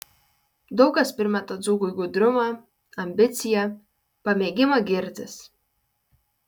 daug kas primeta dzūkui gudrumą ambiciją pamėgimą girtis